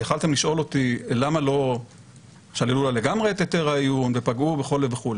יכולתם לשאול אותי: למה לא שללו לה לגמרי את היתר העיון ופגעו וכו'?